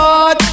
God